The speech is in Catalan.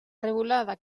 revolada